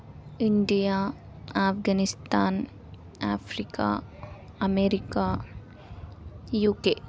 India Afghanistan Africa America UK